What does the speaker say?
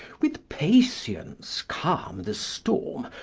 with patience calme the storme,